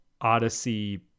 Odyssey